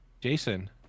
Jason